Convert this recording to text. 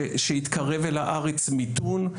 שהתקרב אל הארץ מיתון,